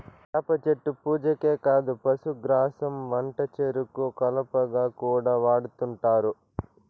వేప చెట్టు పూజకే కాదు పశుగ్రాసం వంటచెరుకు కలపగా కూడా వాడుతుంటారు